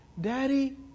Daddy